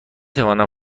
توانم